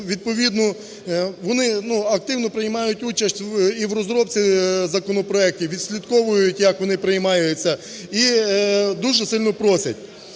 вони активно приймають участь і в розробці законопроектів, відслідковують, як вони приймаються і дуже сильно просять.